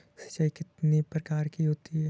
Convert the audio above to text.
सिंचाई कितनी प्रकार की होती हैं?